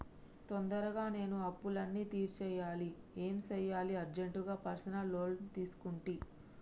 తొందరగా నేను అప్పులన్నీ తీర్చేయాలి ఏం సెయ్యాలి అర్జెంటుగా పర్సనల్ లోన్ తీసుకుంటి